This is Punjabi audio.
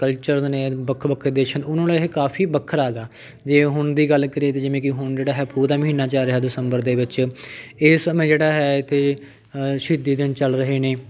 ਕਲਚਰਸ ਨੇ ਵੱਖੋ ਵੱਖਰੇ ਦੇਸ਼ ਹਨ ਉਹਨਾਂ ਨਾਲੋਂ ਇਹ ਕਾਫ਼ੀ ਵੱਖਰਾ ਹੈਗਾ ਜੇ ਹੁਣ ਦੀ ਗੱਲ ਕਰੀਏ ਅਤੇ ਜਿਵੇਂ ਕਿ ਹੁਣ ਜਿਹੜਾ ਹੈ ਪੋਹ ਦਾ ਮਹੀਨਾ ਚੱਲ ਰਿਹਾ ਦਸੰਬਰ ਦੇ ਵਿੱਚ ਇਸ ਸਮੇਂ ਜਿਹੜਾ ਹੈ ਇੱਥੇ ਸ਼ਹੀਦੀ ਦਿਨ ਚੱਲ ਰਹੇ ਨੇ